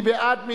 מי בעד?